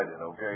okay